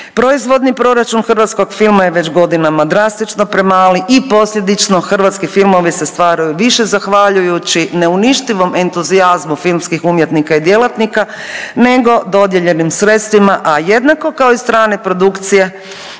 Proizvodni proračun hrvatskog filma je već godinama drastično premali i posljedično hrvatski filmovi se stvaraju više zahvaljujući neuništivom entuzijazmu filmskih umjetnika i djelatnika nego dodijeljenim sredstvima, a jednako kao i strane produkcije